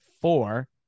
four